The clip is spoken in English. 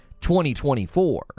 2024